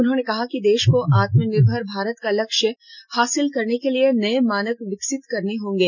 उन्होंने कहा कि देश को आत्मनिर्भर भारत का लक्ष्य हासिल करने के लिए नए मानक विकसित करने होंगे